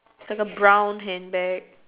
it's like a brown hand bag